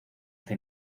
hace